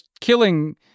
killing